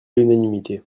l’unanimité